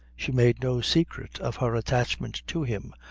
she made no secret of her attachment to him,